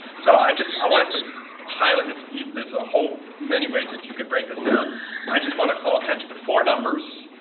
so i just i wanted to highlight it's you there's a whole many ways that you could break this down but i just want to call attention to four numbers